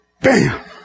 bam